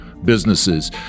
businesses